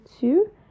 two